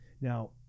Now